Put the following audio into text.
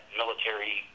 military